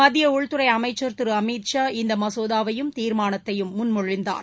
மத்திய உள்துறை அமைச்சர் திரு அமித் ஷா இந்த மசோதாவையயும் தீர்மானத்தையும் முன்மொழிந்தார்